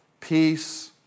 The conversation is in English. peace